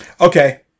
Okay